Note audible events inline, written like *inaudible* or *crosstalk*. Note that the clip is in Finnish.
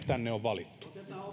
*unintelligible* tänne on valittu